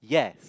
yes